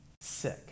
sick